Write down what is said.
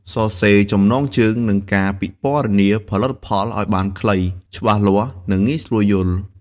សរសេរចំណងជើង និងការពិពណ៌នាផលិតផលឱ្យបានខ្លី ច្បាស់លាស់ និងងាយស្រួលយល់។